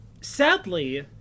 Sadly